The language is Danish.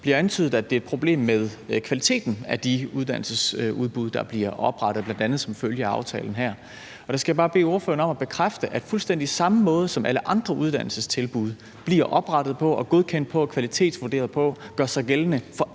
bliver antydet, at der er et problem med kvaliteten af de uddannelsesudbud, der bliver oprettet, bl.a. som følge af aftalen her. Og der skal jeg bare bede ordføreren bekræfte, at den fuldstændig samme måde, som alle andre uddannelsestilbud også bliver oprettet på, godkendt på og kvalitetsvurderet på, også gør sig gældende for